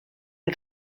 del